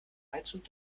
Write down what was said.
heizung